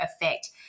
effect